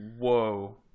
whoa